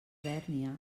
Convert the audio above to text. bèrnia